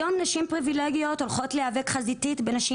היום נשים פריבילגיות הולכות להיאבק חזיתית בנשים